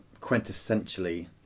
quintessentially